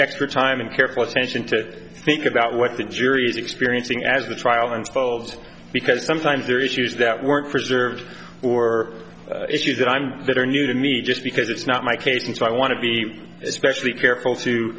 extra time and careful attention to think about what the jury is experiencing as the trial unfolds because sometimes there are issues that weren't for or or issues that i'm that are new to me just because it's not my case and so i want to be especially careful to